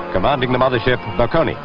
commending the mothership berkone.